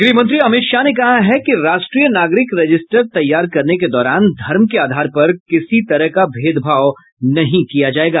गृहमंत्री अमित शाह ने कहा है कि राष्ट्रीय नागरिक रजिस्टर तैयार करने के दौरान धर्म के आधार पर किसी तरह का भेदभाव नहीं किया जाएगा